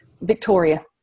Victoria